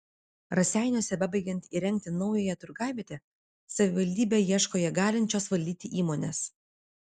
raseiniuose bebaigiant įrengti naująją turgavietę savivaldybė ieško ją galinčios valdyti įmonės